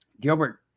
Gilbert